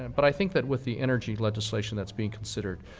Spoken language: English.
and but i think that with the energy legislation that's being considered,